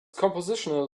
compositional